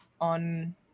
on